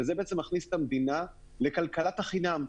וזה בעצם מכניס את המדינה לכלכלת החינם.